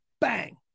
Bang